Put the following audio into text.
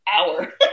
hour